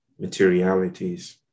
materialities